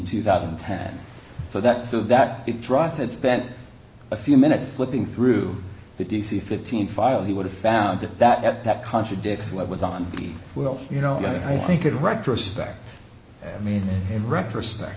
two thousand and ten so that so that it drives had spent a few minutes flipping through the d c fifteen file he would have found that that contradicts what was on the will you know i think it retrospect i mean in retrospect